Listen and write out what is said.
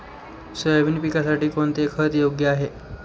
Soybean पिकासाठी कोणते खत योग्य आहे?